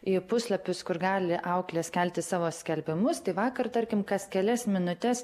į puslapius kur gali auklės kelti savo skelbimus tai vakar tarkim kas kelias minutes